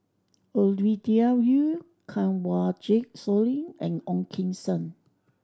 Ovidia Yu Kanwaljit Soin and Ong Keng Sen